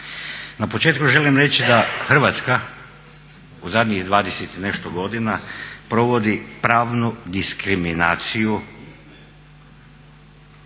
Na početku želim reći da Hrvatska u zadnjih 20 i nešto godina provodi pravnu diskriminaciju